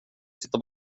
sitta